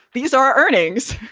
these are earnings.